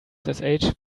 ssh